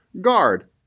guard